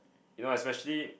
you know especially